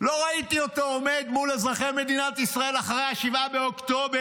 לא ראיתי אותו עומד מול אזרחי מדינת ישראל אחרי 7 באוקטובר.